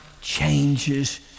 changes